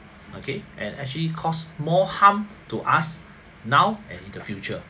okay and actually cause more harm to us now and in the future